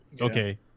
Okay